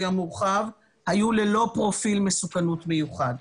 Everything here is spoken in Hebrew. המורחב היו ללא פרופיל מסוכנות מיוחד.